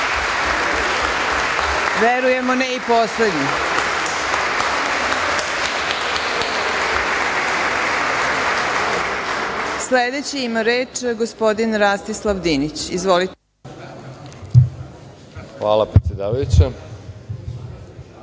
Verujemo ne i poslednje. Sledeći ima reč gospodin Rastislav Dinić. Izvolite. **Rastislav Dinić**